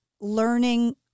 learning